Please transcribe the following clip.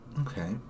Okay